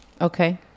Okay